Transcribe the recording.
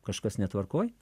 kažkas netvarkoj